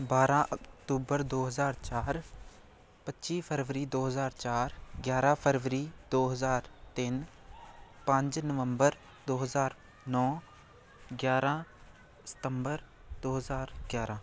ਬਾਰਾਂ ਅਕਤੂਬਰ ਦੋ ਹਜ਼ਾਰ ਚਾਰ ਪੱਚੀ ਫਰਵਰੀ ਦੋ ਹਜ਼ਾਰ ਚਾਰ ਗਿਆਰਾਂ ਫਰਵਰੀ ਦੋ ਹਜ਼ਾਰ ਤਿੰਨ ਪੰਜ ਨਵੰਬਰ ਦੋ ਹਜ਼ਾਰ ਨੌ ਗਿਆਰਾਂ ਸਤੰਬਰ ਦੋ ਹਜ਼ਾਰ ਗਿਆਰਾਂ